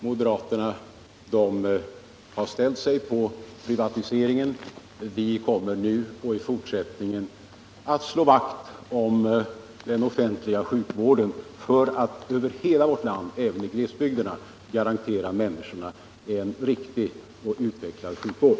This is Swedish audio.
Moderaterna har ställt sig bakom privatiseringen, men vi kommer nu och i fortsättningen att slå vakt om den offentliga sjukvården för att över hela vårt land, även i glesbygderna, garantera människorna en god och utvecklad sjukvård.